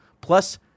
Plus